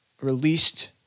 released